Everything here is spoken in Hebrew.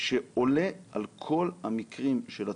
שעולה על כל המקרים של התחלואה,